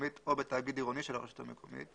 המקומית או בתאגיד עירוני של הרשות המקומית,